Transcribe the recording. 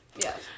Yes